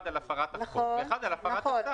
אחד על הפרת החוק ואחר על הפרת הצו.